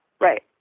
right